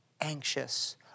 anxious